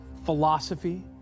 Philosophy